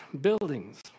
buildings